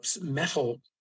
metal